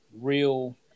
real